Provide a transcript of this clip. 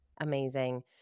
Amazing